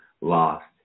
lost